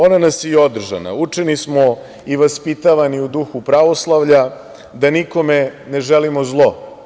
Ona nas je i održala, učeni smo i vaspitavani u duhu pravoslavlja da nikome ne želimo zlo.